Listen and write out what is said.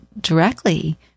directly